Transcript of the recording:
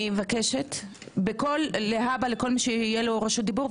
אני מבקשת לכל מי שיהיה לו רשות דיבור,